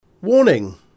Warning